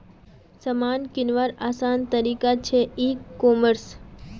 सामान किंवार आसान तरिका छे ई कॉमर्स